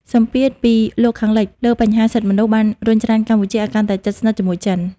សម្ពាធពីលោកខាងលិចលើបញ្ហាសិទ្ធិមនុស្ស បានរុញច្រានកម្ពុជាឱ្យកាន់តែជិតស្និទ្ធជាមួយចិន។